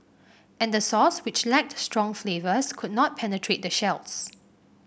and the sauce which lacked strong flavours could not penetrate the shells